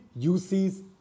UC's